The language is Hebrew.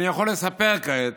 אני יכול לספר כעת